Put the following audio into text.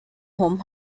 home